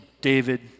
David